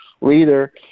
leader